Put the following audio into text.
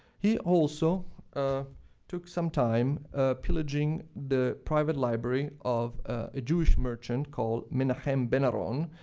he also ah took some time pillaging the private library of a jewish merchant called menahem ben aaron,